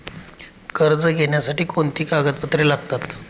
कर्ज घेण्यासाठी कोणती कागदपत्रे लागतात?